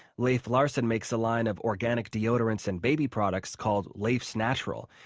lafe larson makes a line of organic deodorants and baby products called lafe's natural.